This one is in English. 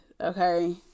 okay